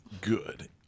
good